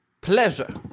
pleasure